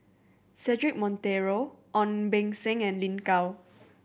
Cedric Monteiro Ong Beng Seng and Lin Gao